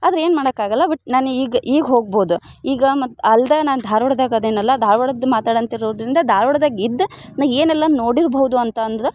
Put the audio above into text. ಆದರೆ ಏನೂ ಮಾಡೋಕ್ಕಾಗೋಲ್ಲ ಬಟ್ ನಾನು ಈಗ ಈಗ ಹೋಗ್ಬೋದು ಈಗ ಮತ್ತು ಅಲ್ಲದೇ ನಾನು ಧಾರವಾಡದಾಗ ಅದೇನಲ್ಲ ಧಾರವಾಡದ ಮಾತಾಡು ಅಂತ ಇರೋದರಿಂದ ಧಾರವಾಡದಾಗ ಇದ್ದೆ ನಾನು ಏನೆಲ್ಲ ನೋಡಿರ್ಬಹುದು ಅಂತ ಅಂದ್ರೆ